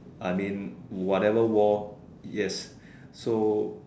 I mean whatever war yes so